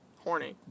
Horny